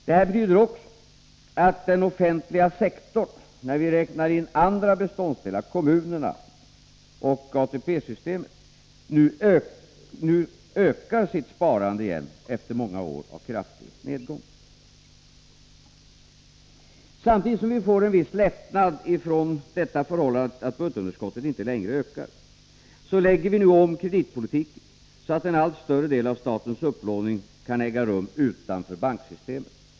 Det betyder också att den offentliga sektorn, när vi räknar in andra beståndsdelar — åtgärderna då det gäller kommunerna och ATP-systemet — nu ökar sitt sparande igen efter många år av kraftig nedgång. Samtidigt som vi får en viss lättnad genom det förhållandet att budgetunderskottet inte längre ökar lägger vi nu om kreditpolitiken, så att en allt större del av statens upplåning kan äga rum utanför banksystemet.